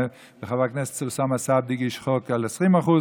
חבר הכנסת אוסאמה סעדי הגיש הצעת חוק על 20%,